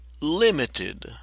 limited